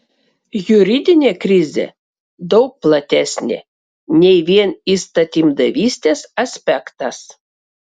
juridinė krizė daug platesnė nei vien įstatymdavystės aspektas